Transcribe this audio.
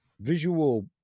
visual